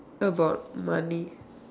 about money